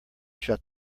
shut